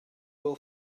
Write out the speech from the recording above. will